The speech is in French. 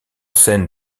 scène